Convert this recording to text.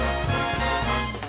and